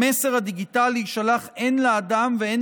המסר הדיגיטלי יישלח הן לאדם והן